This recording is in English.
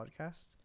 podcast